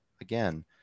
again